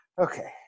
Okay